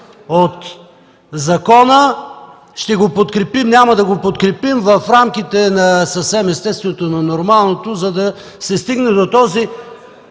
от закона, ще го подкрепим – няма да го подкрепим, в рамките на съвсем естественото, на нормалното, за да се стигне до този